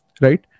right